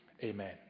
Amen